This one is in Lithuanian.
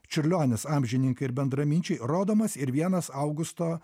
čiurlionis amžininkai ir bendraminčiai rodomas ir vienas augusto